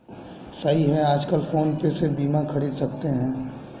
सही है आजकल फ़ोन पे से बीमा ख़रीद सकते हैं